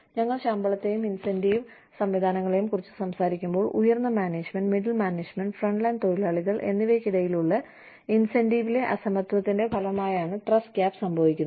ഞങ്ങൾ ശമ്പളത്തെയും ഇൻസെന്റീവ് സംവിധാനങ്ങളെയും കുറിച്ച് സംസാരിക്കുമ്പോൾ ഉയർന്ന മാനേജ്മെന്റ് മിഡിൽ മാനേജ്മെന്റ് ഫ്രണ്ട്ലൈൻ തൊഴിലാളികൾ എന്നിവയ്ക്കിടയിലുള്ള ഇൻസെൻറീവ്ലെ അസമത്വത്തിന്റെ ഫലമായാണ് ട്രസ്റ്റ് ഗാപ് സംഭവിക്കുന്നത്